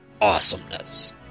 awesomeness